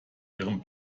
ihrem